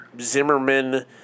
Zimmerman